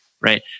right